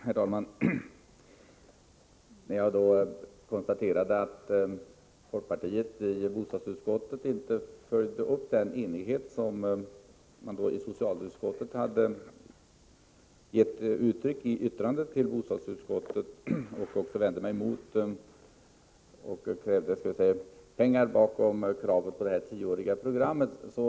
Herr talman! Jag konstaterade att folkpartiets representanter i bostadsutskottet inte handlade så, att det kunde skapa samma enighet som den socialutskottet visade genom sitt yttrande till bostadsutskottet, och folkpartisterna krävde också pengar för 10-årsprogrammet.